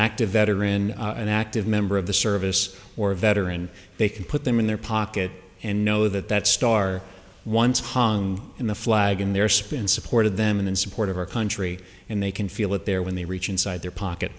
active veteran an active member of the service or a veteran they can put them in their pocket and know that that star once hung in the flag in their spin supported them in support of our country and they can feel it there when they reach inside their pocket